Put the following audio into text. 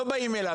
לא באים אליו,